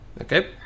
Okay